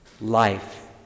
life